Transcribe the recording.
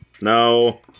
No